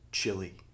Chili